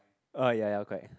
uh ya ya correct